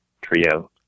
trio